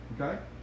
Okay